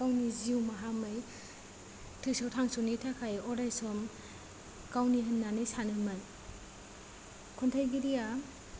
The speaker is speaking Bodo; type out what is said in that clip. गावनि जिउ माहामै थैस' थांस'नि थाखाय अराय सम गावनि होननानै सानोमोन खन्थाइगिरिआ